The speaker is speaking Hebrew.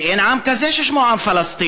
כי אין עם כזה ששמו עם פלסטיני.